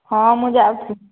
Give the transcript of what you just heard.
ହଁ ମୁଁ ଯାଉଛି